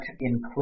include